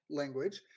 language